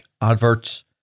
adverts